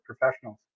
professionals